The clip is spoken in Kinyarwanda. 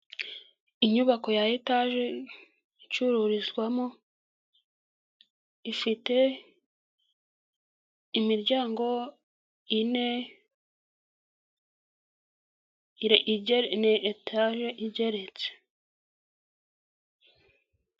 Inyubako ya etage icururizwamo ifite imiryango ine ni etage igeretse.